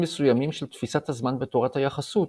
מסוימים של תפיסת הזמן בתורת היחסות,